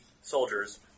soldiers